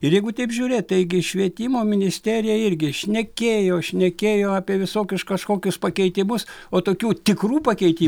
ir jeigu taip žiūrėt taigi švietimo ministerija irgi šnekėjo šnekėjo apie visokius kažkokius pakeitimus o tokių tikrų pakeiti